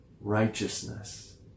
righteousness